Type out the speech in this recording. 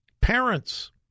Parents